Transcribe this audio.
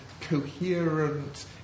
coherent